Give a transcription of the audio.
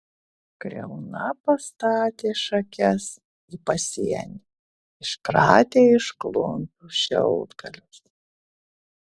kriauna pastatė šakes į pasienį iškratė iš klumpių šiaudgalius